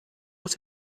was